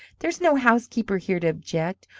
there's no housekeeper here to object.